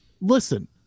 listen